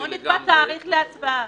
לא נקבע תאריך להצבעה.